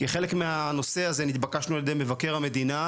כחלק מהנושא הזה התבקשנו על ידי מבקר המדינה